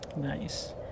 Nice